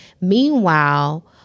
meanwhile